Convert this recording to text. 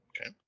Okay